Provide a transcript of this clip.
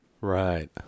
Right